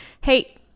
hey